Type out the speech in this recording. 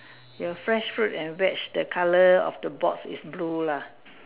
your fresh fruit and veg the colour of the box is blue lah